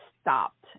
stopped